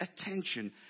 attention